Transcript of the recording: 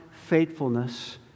faithfulness